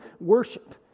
worship